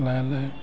লাহে লাহে